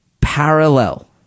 parallel